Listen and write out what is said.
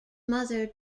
mother